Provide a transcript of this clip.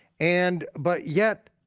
and but yet,